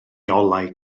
olau